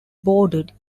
boarded